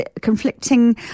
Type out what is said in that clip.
conflicting